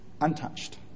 untouched